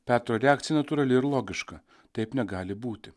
petro reakcija natūrali ir logiška taip negali būti